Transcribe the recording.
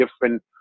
different